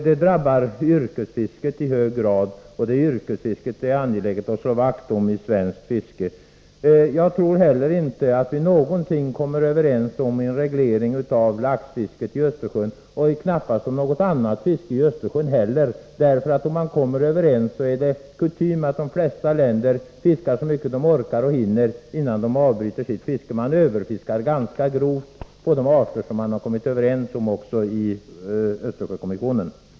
Detta drabbar i hög grad yrkesfisket, och det är yrkesfisket som det är angeläget att slå vakt om. Jag tror heller inte att vi någonsin kan komma överens om en reglering av laxfisket i Östersjön och knappast om något annat fiske i Östersjön heller. Om man kommer överens är det nämligen kutym att de flesta länder fiskar så mycket de orkar och hinner, innan de avbryter sitt fiske. Man överfiskar ganska grovt även på de arter som det träffats överenskommelse om i Östersjökommissionen.